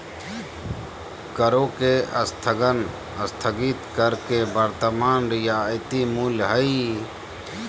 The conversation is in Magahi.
करों के स्थगन स्थगित कर के वर्तमान रियायती मूल्य हइ